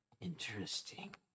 Interesting